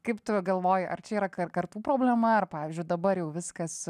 kaip tu galvoji ar čia yra kar kartų problema ar pavyzdžiui dabar jau viskas